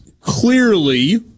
clearly